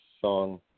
song